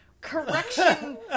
correction